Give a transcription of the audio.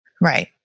Right